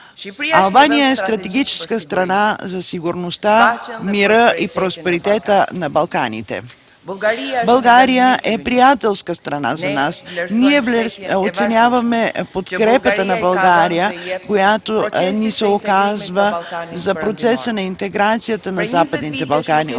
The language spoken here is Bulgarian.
Албания е стратегическа страна за сигурността, мира и просперитета на Балканите. България е приятелска страна за нас. Ние оценяваме подкрепата на България, която ни е оказвала и която продължава да ни оказва